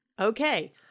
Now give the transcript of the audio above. Okay